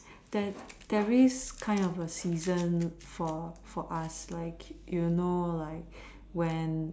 there there is kind of a season for for us like you know like when